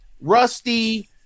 rusty